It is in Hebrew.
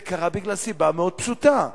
זה קרה בגלל סיבה מאוד פשוטה: